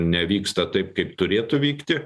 nevyksta taip kaip turėtų vykti